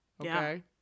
Okay